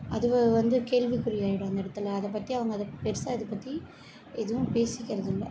அதுவே வந்து கேள்விக்குறியாகிடும் அந்த இடத்துல அதைப் பற்றி அவங்க அதை பெருசாக இதைப் பற்றி எதுவும் பேசிக்கிறது இல்லை